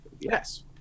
yes